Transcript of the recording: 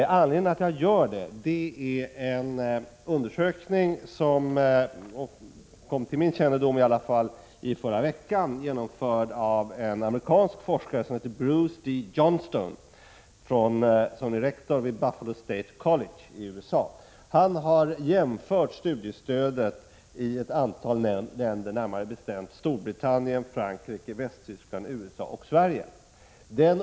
Anledningen till att jag gör det är en undersökning som kom till min kännedom i förra veckan, genomförd av en amerikansk forskare som heter Bruce D. Johnstone och som är rektor vid Buffalo State College i USA. Han har jämfört studiestödet i ett antal länder, närmare bestämt Storbritannien, Frankrike, Västtyskland, USA och Sverige.